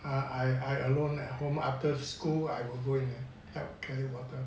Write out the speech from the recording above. I I alone at home after school I will go and help carry water